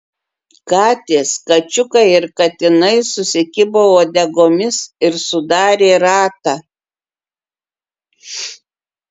katės kačiukai ir katinai susikibo uodegomis ir sudarė ratą